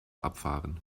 abfahren